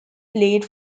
played